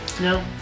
No